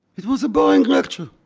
it was a boring lecture.